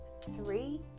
three